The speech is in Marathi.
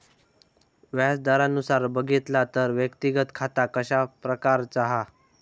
व्याज दरानुसार बघितला तर व्यक्तिगत खाता कशा प्रकारचा हा?